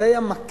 זה היה מקל,